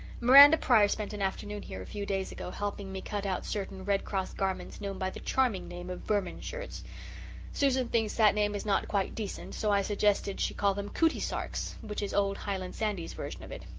miranda pryor spent an afternoon here a few days ago, helping me cut out certain red cross garments known by the charming name of vermin shirts susan thinks that name is not quite decent, so i suggested she call them cootie sarks which is old highland sandy's version of it.